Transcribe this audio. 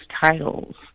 titles